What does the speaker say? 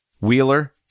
Wheeler